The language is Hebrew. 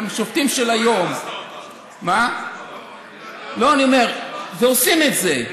גם שופטים של היום, לא, אני אומר, ועושים את זה.